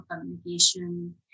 communication